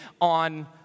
on